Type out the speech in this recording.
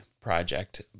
project